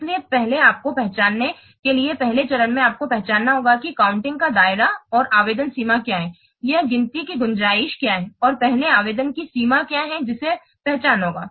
इसलिए पहले आपको पहचानने के लिए पहले चरण में आपको पहचानना होगा कि काउंटिंग का दायरा और आवेदन सीमा क्या है यह गिनती की गुंजाइश क्या है और पहले आवेदन की सीमा क्या है जिसे पहचानना होगा